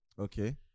okay